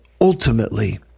Ultimately